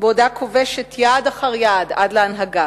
בעודה כובשת יעד אחר יעד עד להנהגה.